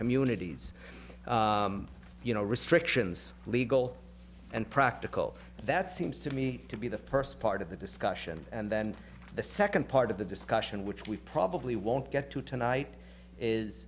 communities you know restrictions legal and practical that seems to me to be the first part of the discussion and then the second part of the discussion which we probably won't get to tonight is